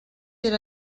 era